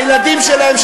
הילדים שלהם,